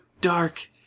dark